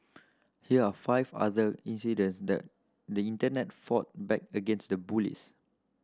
here are five other incidents the the Internet fought back against the bullies